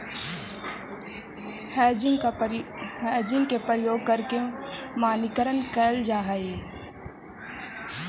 hedging के प्रयोग करके मानकीकरण कैल जा हई